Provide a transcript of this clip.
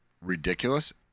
ridiculous